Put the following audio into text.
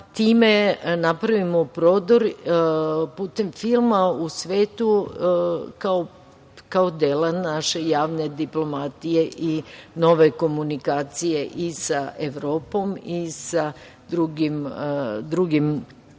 time napravimo prodor, putem filma, u svetu kao dela naše javne diplomatije i nove komunikacije i sa Evropom i sa drugim kulturnim